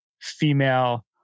female